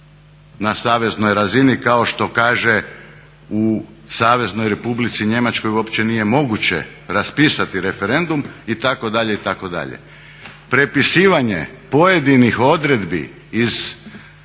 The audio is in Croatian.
na saveznoj razini. Kao što kaže, u Saveznoj Republici Njemačkoj uopće nije moguće raspisati referendum itd.,